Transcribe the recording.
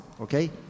okay